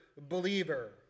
believer